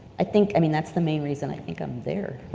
i think, i mean, that's the main reason i think i'm there.